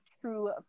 true